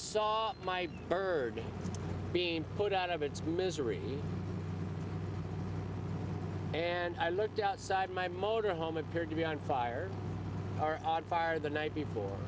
saw my bird being put out of its misery and i looked outside my motor home appeared to be on fire are on fire the night before